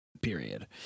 period